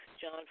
John